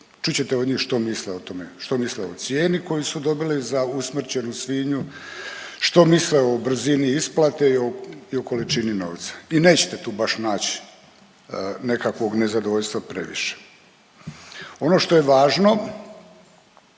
ćete od njih što misle o tome. Što misle o cijeni koju su dobili za usmrćenu svinju, što misle o brzini isplate i o količini novca i nećete tu baš naći nekakvog nezadovoljstva previše. Ono što je važno